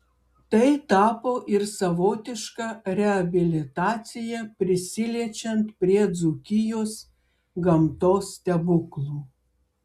tai tapo ir savotiška reabilitacija prisiliečiant prie dzūkijos gamtos stebuklų